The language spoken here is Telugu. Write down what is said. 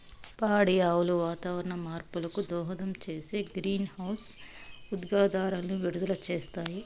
పాడి ఆవులు వాతావరణ మార్పులకు దోహదం చేసే గ్రీన్హౌస్ ఉద్గారాలను విడుదల చేస్తాయి